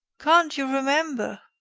can't you remember?